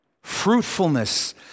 Fruitfulness